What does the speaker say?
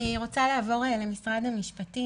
אני רוצה לעבור למשרד המשפטים.